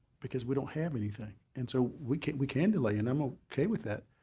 because we don't have anything. and so we can we can delay and i'm ah okay with that,